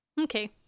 okay